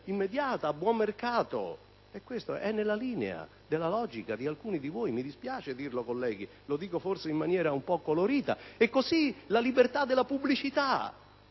immediata ed a buon mercato. Questo è nella linea della logica di alcuni di voi. Mi dispiace dirlo, colleghi; lo dico forse in maniera un po' colorita. Ciò vale anche per la libertà della pubblicità.